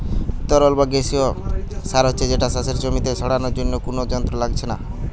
তরল বা গেসিও সার হচ্ছে যেটা চাষের জমিতে ছড়ানার জন্যে কুনো যন্ত্র লাগছে না